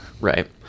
Right